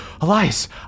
Elias